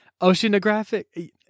Oceanographic